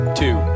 two